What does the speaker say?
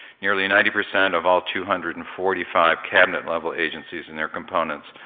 nearly ninety percent of all two hundred and forty five cabinet level agencies and their components,